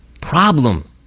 problem